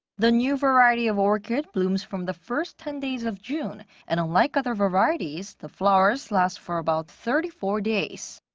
the new variety of orchid blooms from the first ten days of june, and unlike other varieties, its flowers last for about thirty four days.